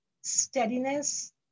steadiness